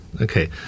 Okay